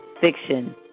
fiction